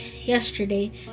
Yesterday